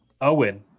Owen